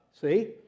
See